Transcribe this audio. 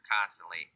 constantly –